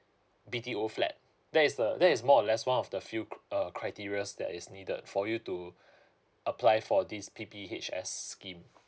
B_T_O flat that is the that is more or less one of the few uh criterias that is needed for you to apply for this P_P_H_S scheme